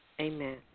amen